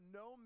no